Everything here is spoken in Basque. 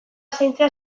zaintzea